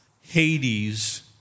Hades